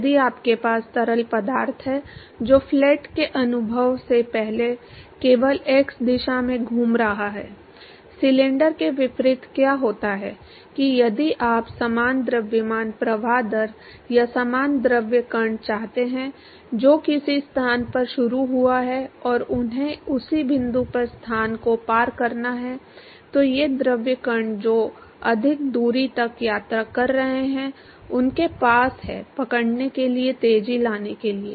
यदि आपके पास तरल पदार्थ है जो प्लेट के अनुभव से पहले केवल x दिशा में घूम रहा है सिलेंडर के विपरीत क्या होता है कि यदि आप समान द्रव्यमान प्रवाह दर या समान द्रव कण चाहते हैं जो किसी स्थान पर शुरू हुआ है और उन्हें उसी बिंदु पर स्थान को पार करना है तो ये द्रव कण जो अधिक दूरी तक यात्रा कर रहे हैं उनके पास है पकड़ने के लिए तेजी लाने के लिए